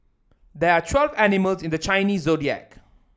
there are twelve animals in the Chinese Zodiac